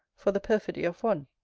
for the perfidy of one.